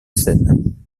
scène